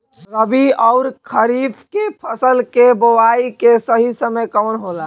रबी अउर खरीफ के फसल के बोआई के सही समय कवन होला?